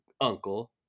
uncle